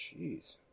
jeez